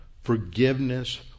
forgiveness